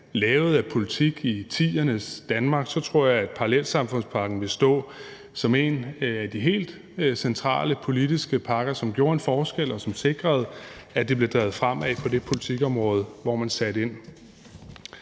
lavede af politik i 2010'ernes Danmark, vil parallelsamfundspakken stå som en af de helt centrale politiske pakker, som gjorde en forskel, og som sikrede, at det blev drevet fremad på det politikområde, hvor man satte ind.